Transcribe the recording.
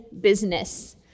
business